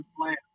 plan